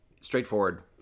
straightforward